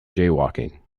jaywalking